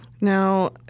Now